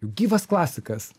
gyvas klasikas